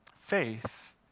Faith